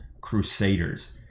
crusaders